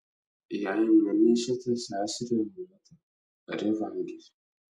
jei nunešite seseriai omleto ar ji valgys